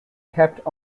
kept